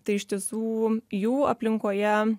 tai iš tiesų jų aplinkoje